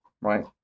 right